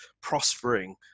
prospering